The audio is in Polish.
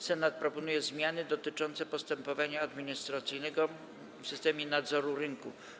Senat proponuje zmiany dotyczące postępowania administracyjnego w systemie nadzoru rynku.